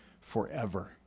forever